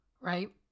right